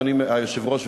אדוני היושב-ראש,